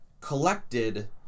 collected